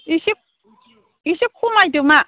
इसे इसे खमायदो मा